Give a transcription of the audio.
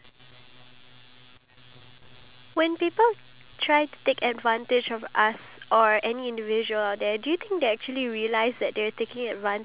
what about like the elderly do you think it's okay for them to take advantage of the younger generation or do you think oh it's fine because you are old and